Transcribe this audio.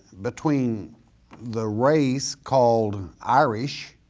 between the race called irish